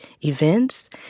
events